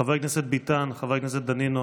חבר הכנסת ביטן, חבר הכנסת דנינו.